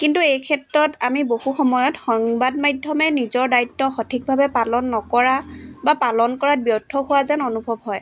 কিন্তু এই ক্ষেত্ৰত আমি বহু সময়ত সংবাদ মাধ্যমে নিজৰ দায়িত্ব সঠিকভাৱে পালন নকৰা বা পালন কৰাত ব্যৰ্থ হোৱা যেন অনুভৱ হয়